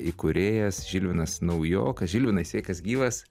įkūrėjas žilvinas naujokas žilvinai sveikas gyvas